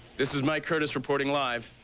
this is mike curtis reporting live.